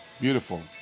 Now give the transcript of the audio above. Beautiful